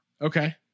okay